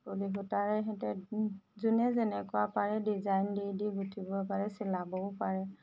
গুলি সূতাৰে সৈতে যোনে যেনেকুৱা পাই ডিজাইন দি দি গোঁঠিব পাৰে চিলাবও পাৰে